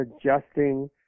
adjusting